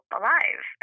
alive